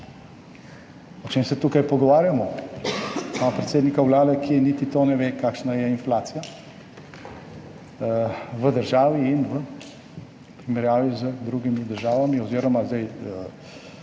o čem se tukaj pogovarjamo? Imamo predsednika Vlade, ki niti tega ne ve, kakšna je inflacija v državi in v primerjavi z drugimi državami oziroma zdaj